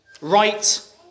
right